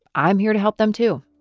i'm here to help them, too